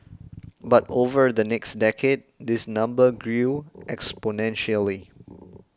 but over the next decade this number grew exponentially